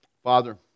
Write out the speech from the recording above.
Father